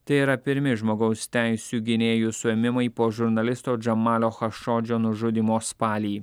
tai yra pirmi žmogaus teisių gynėjų suėmimai po žurnalisto džamalio chašodžio nužudymo spalį